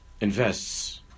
Invests